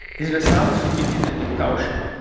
these results should be treated with caution,